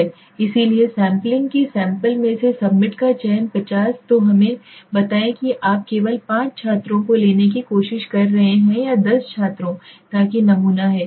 इसलिए सैंपलिंग की सैंपल में से सब्मिट का चयन 50 तो हमें बताएं कि आप केवल पांच छात्रों को लेने की कोशिश कर रहे हैं या दस छात्रों ताकि नमूना है